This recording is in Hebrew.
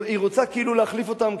היא רוצה כאילו להחליף אותם,